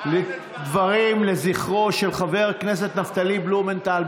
לדברים לזכרו של חבר הכנסת נפתלי בלומנטל.